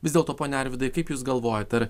vis dėlto pone arvydai kaip jūs galvojat ar